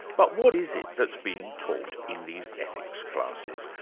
but what is it that's being taught in these ethics classes?